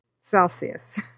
Celsius